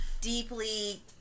deeply